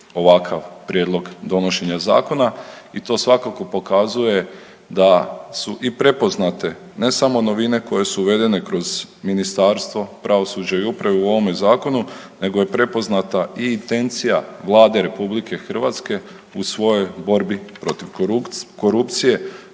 ovakav prijedlog donošenja zakona i to svakako pokazuje da su i prepoznate ne samo novine koje su uvedene kroz ministarstvo, pravosuđe i upravu u ovome zakonu nego je prepoznata i intencija Vlade RH u svojoj borbi protiv korupcije,